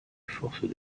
forces